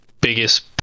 biggest